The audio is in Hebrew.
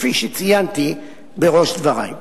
כפי שציינתי בראש דברי.